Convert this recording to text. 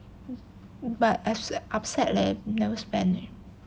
but I so upset leh never spend